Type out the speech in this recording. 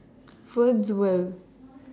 Woodsville